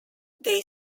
they